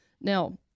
Now